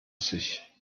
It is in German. sich